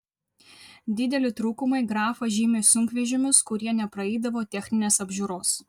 dideli trūkumai grafa žymi sunkvežimius kurie nepraeidavo techninės apžiūros